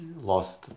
lost